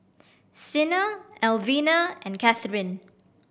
Sina Elvina and Kathryne